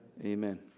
Amen